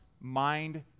mind